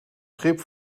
schip